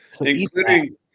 Including